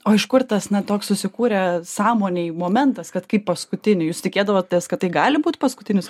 o iš kur tas ne toks susikūrė sąmonėj momentas kad kai paskutinį jūs tikėdavotės kad tai gali būti paskutinis